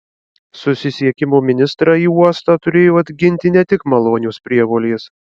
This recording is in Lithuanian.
susisiekimo ministrą į uostą turėjo atginti ne tik malonios prievolės